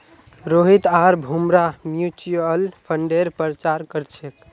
रोहित आर भूमरा म्यूच्यूअल फंडेर प्रचार कर छेक